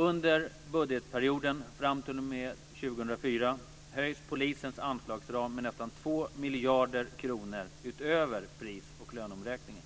Under budgetperioden fram t.o.m. 2004 höjs polisens anslagsram med nästan 2 miljarder kronor utöver pris och löneomräkningen.